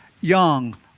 young